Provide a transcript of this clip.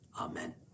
Amen